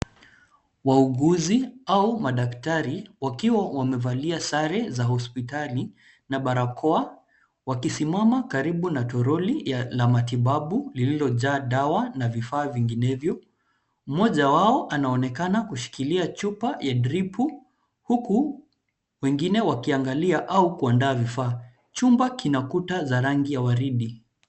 Wauguzi, au madaktari, wakiwa wamevalia sare za hospitali, na barakoa, wakisimama karibu na troli ya matibabu, liloyojaa dawa na vifaa vinginevyo, mmoja wao anaonekana kushikilia chupa ya dripu, huku, wengine wakiangalia, au kuandaa vifaa. Chumba kina kuta, zina rangi ya waridi.